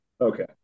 okay